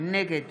נגד